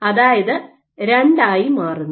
അതായത് 2 ആയി മാറുന്നു